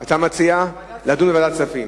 אתה מציע לדון בוועדת הכספים.